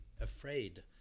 afraid